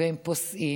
והם פוסעים,